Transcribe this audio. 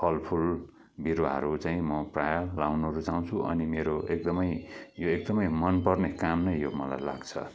फलफूल बिरुवाहरू चाहिँ म प्रायः लाउनु रुचाउँछु अनि मेरो एकदमै यो एकदमै मनपर्ने काम नै यो मलाई लाग्छ